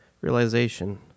realization